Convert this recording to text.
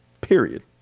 period